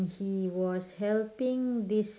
he was helping this